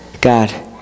God